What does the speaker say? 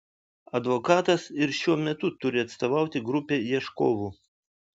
advokatas ir šiuo metu turi atstovauti grupei ieškovų